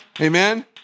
Amen